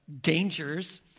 dangers